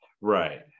Right